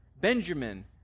Benjamin